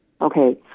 Okay